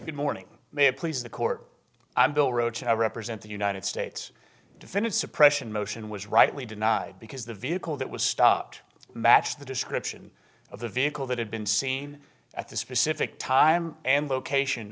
good morning may it please the court i'm bill roache i represent the united states defended suppression motion was rightly denied because the vehicle that was stopped matched the description of the vehicle that had been seen at the specific time and location